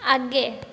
आगे